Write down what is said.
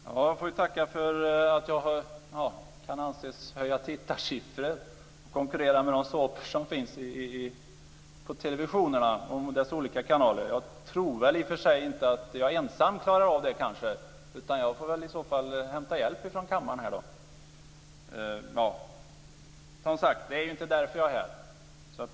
Fru talman! Jag får tacka för att jag anses kunna höja tittarsiffror och konkurrera med de såpor som finns på televisionens olika kanaler. Jag tror väl i och för sig inte att jag ensam klarar av det. Jag får väl hämta hjälp från kammaren. Men, som sagt, det är inte därför jag är här.